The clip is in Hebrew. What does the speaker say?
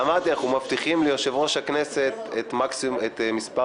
אמרתי שאנחנו מבטיחים ליושב-ראש הכנסת את המספר